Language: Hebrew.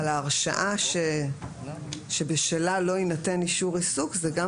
אבל ההרשעה שבשלה לא יינתן אישור עיסוק זה גם